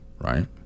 right